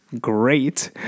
great